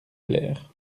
plaire